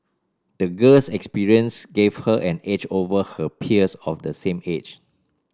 the girl's experience gave her an edge over her peers of the same age